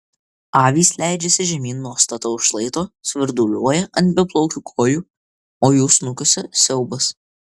avys leidžiasi žemyn nuo stataus šlaito svirduliuoja ant beplaukių kojų o jų snukiuose siaubas